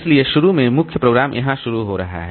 इसलिए शुरू में मुख्य प्रोग्राम यहां शुरू हो रहा है